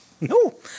No